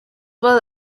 well